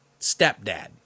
stepdad